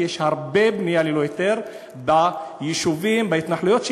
כי יש הרבה בנייה ללא היתר ביישובים ובהתנחלויות,